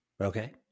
Okay